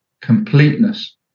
completeness